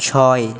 ছয়